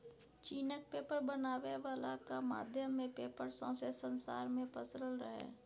चीनक पेपर बनाबै बलाक माध्यमे पेपर सौंसे संसार मे पसरल रहय